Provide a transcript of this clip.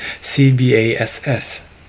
CBASS